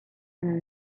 been